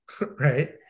right